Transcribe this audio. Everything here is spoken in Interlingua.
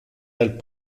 del